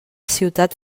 ciutat